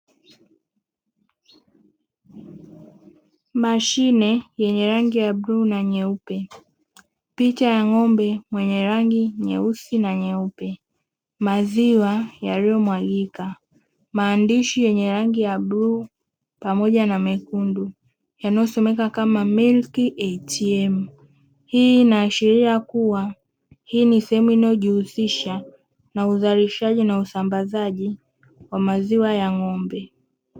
Mashine yenye rangi ya bluu na nyeupe, picha ya ng'ombe mwenye rangi nyeusi na nyeupe, maziwa yaliyomwagika, maandishi yenye rangi ya bluu pamoja na mekundu yanayosomeka kama "milk atm", hii inaashiria kuwa hii ni sehemu inayojihusisha na uzalishaji na usambazaji wa maziwa ya ng'ombe.